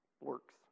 works